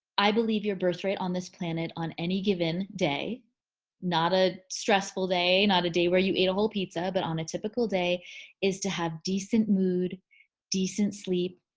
i believe your birthright on this planet on any given day not a stressful day not a day where you ate a whole pizza but on a typical day is to have decent mood decent sleep,